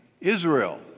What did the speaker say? Israel